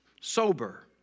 sober